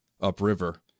upriver